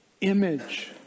image